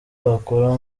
wakora